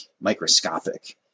microscopic